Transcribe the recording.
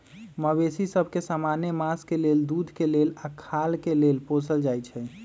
मवेशि सभ के समान्य मास के लेल, दूध के लेल आऽ खाल के लेल पोसल जाइ छइ